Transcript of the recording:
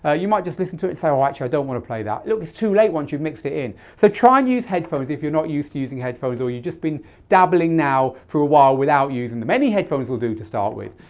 ah you might just listen to it, say actually i don't want to play that. look, it's too late once you've mixed it in. so try and use headphones if you're not used to using headphones or you've just been dabbling now for a while without using them. any headphones will do to start with.